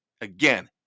Again